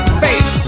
faith